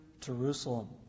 Jerusalem